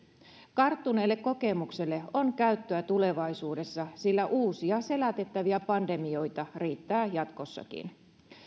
karttuneelle kokemukselle on käyttöä tulevaisuudessa sillä uusia selätettäviä pandemioita riittää jatkossakin